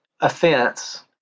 offense